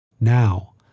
Now